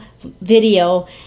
video –